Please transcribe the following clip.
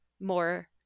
more